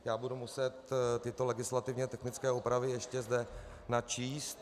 Já budu muset tyto legislativně technické úpravy ještě zde načíst.